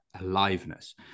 aliveness